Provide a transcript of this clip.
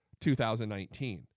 2019